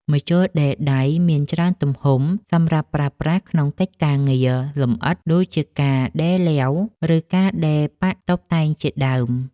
ម្ជុលដេរដៃមានច្រើនទំហំសម្រាប់ប្រើប្រាស់ក្នុងកិច្ចការងារលម្អិត ដូចជាការដេរឡេវ ឬការដេរប៉ាក់តុបតែងជាដើម។